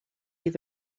near